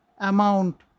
amount